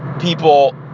people